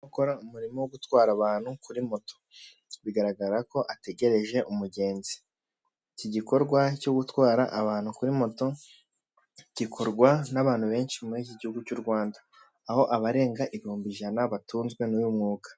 Gukora umurimo wo gutwara abantu kuri moto. Bigaragara ko ategereje umugenzi. Iki gikorwa cyo gutwara abantu kuri moto, gikorwa n'abantu benshi muri iki gihugu cy'u Rwanda. Aho abarenga ibihumbi ijana batunzwe n'uyu mwuga.